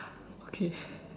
okay